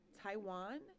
Taiwan